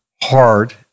hard